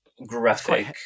graphic